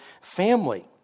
family